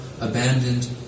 abandoned